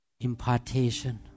Impartation